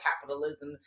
capitalism